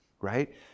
right